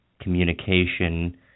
communication